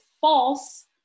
false